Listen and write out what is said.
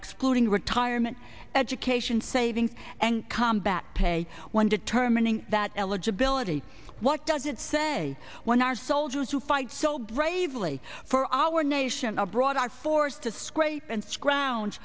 excluding retirement education savings and combat pay when determining that eligibility what does it say when our soldiers who fight so bravely for our nation abroad are forced to scrape and scrounge